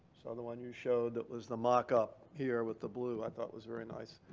the one you showed that was the mock-up here with the blue i thought was very nice